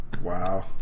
Wow